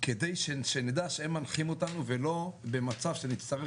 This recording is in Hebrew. כדי שנדע שהם מנחים אותנו ולא במצב שנצטרך